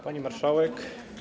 Pani Marszałek!